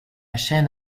chaîne